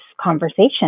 conversation